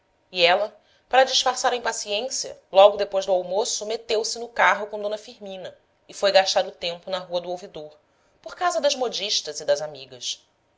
e ela para disfarçar a impaciência logo depois do almoço meteu-se no carro com d firmina e foi gastar o tempo na rua do ouvidor por casa das modistas e das amigas